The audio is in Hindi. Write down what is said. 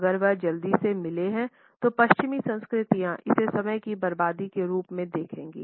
अगर वह जल्दी से मिले हैं तो पश्चिमी संस्कृतियाँ इसे समय की बर्बादी के रूप में देखेंगी